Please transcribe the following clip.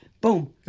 Boom